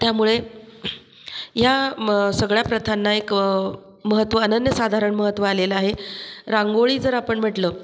त्यामुळे ह्या म सगळ्या प्रथांना एक महत्त्व अनन्यसाधारण महत्त्व आलेलं आहे रांगोळी जर आपण म्हटलं